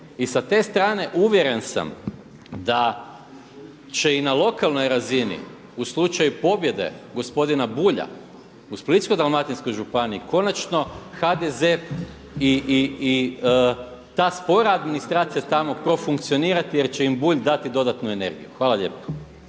I sa te strane uvjeren sam da će i na lokalnoj razini u slučaju pobjede gospodina Bulja u Splitsko-dalmatinskoj županiji konačno HDZ i ta spora administracija tamo profunkcionirati jer će im Bulj dati dodatnu energiju. Hvala lijepo.